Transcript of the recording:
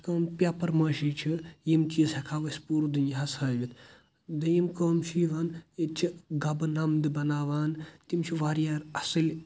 اَتھ کٲم paper mache چھِ یِم چیٖز ہیکہٕ ہاو أسۍ پوٗرٕ دُنیاہَس ہٲوِتھ دوٚیِم کٲم چھِ یِوان ییٚتہِ چھِ گَبہٕ نَمدٕ بناوان تِم چھِ واریاہ اصٕلۍ